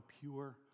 pure